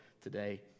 today